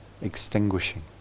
extinguishing